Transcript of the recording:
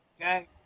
Okay